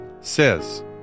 says